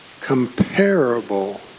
comparable